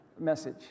message